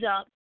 up